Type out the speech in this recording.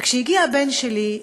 וכשהגיע הבן שלי,